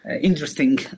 interesting